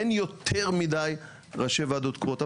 אין יותר מידי ראשי ועדות קרואות.